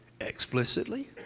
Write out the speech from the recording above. Explicitly